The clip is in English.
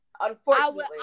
Unfortunately